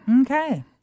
Okay